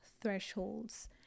Thresholds